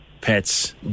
pets